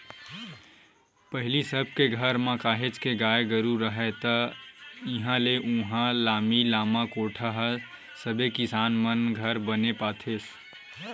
पहिली सब के घर म काहेच के गाय गरु राहय ता इहाँ ले उहाँ लामी लामा कोठा ह सबे किसान मन घर बने पातेस